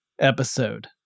episode